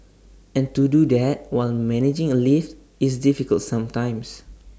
and to do that while managing A lift is difficult sometimes